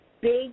Big